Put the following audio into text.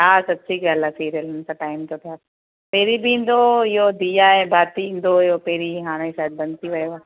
हा सच्ची ॻाल्हि आहे सीरियल सां टाइम त छा पहिरीं बि ईंदो हो इहे दिया ऐं बाती ईंदो हुयो पहिरीं हाणे शायदि बंदि थी वियो आहे